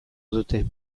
dute